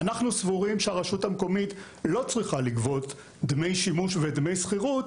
אנחנו סבורים שהרשות המקומית לא צריכה לגבות דמי שימוש ודמי שכירות